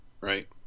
right